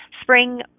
Spring